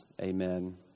Amen